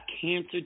cancer